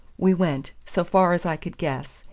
we went, so far as i could guess,